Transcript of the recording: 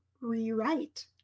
rewrite